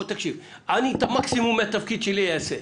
את המקסימום מהתפקיד שלי אני אעשה.